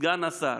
סגן השר,